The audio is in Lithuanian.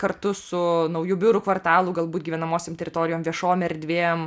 kartu su nauju biurų kvartalu galbūt gyvenamosiom teritorijom viešom erdvėm